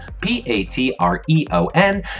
P-A-T-R-E-O-N